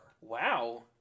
Wow